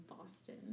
Boston